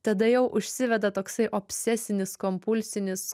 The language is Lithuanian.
tada jau užsiveda toksai obsesinis kompulsinis